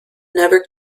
never